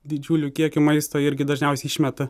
didžiulių kiekių maisto irgi dažniausiai išmeta